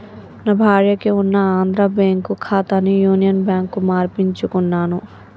నా భార్యకి ఉన్న ఆంధ్రా బ్యేంకు ఖాతాని యునియన్ బ్యాంకుకు మార్పించుకున్నాను